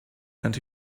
and